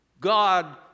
God